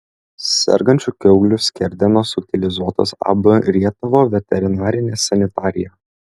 sergančių kiaulių skerdenos utilizuotos ab rietavo veterinarinė sanitarija